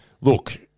Look